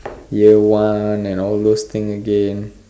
year one and all those thing again